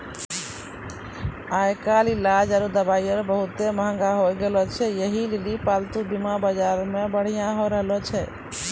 आइ काल्हि इलाज आरु दबाइयै बहुते मंहगा होय गैलो छै यहे लेली पालतू बीमा बजारो मे बढ़ि रहलो छै